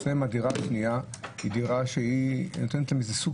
לפעמים דירה שנייה נותנת להם איזה סוג